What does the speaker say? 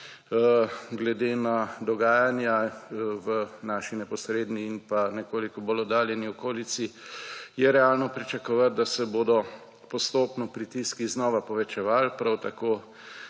Glede na dogajanja v naši neposredni in pa nekoliko bolj oddaljeni okolici je realno pričakovati, da se bodo postopno pritiski znova povečevali, prav tako